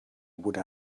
would